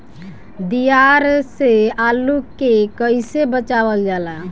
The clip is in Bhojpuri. दियार से आलू के कइसे बचावल जाला?